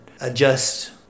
adjust